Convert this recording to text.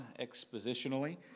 expositionally